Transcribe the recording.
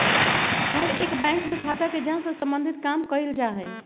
हर एक बैंक में खाता के जांच से सम्बन्धित काम कइल जा हई